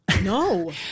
No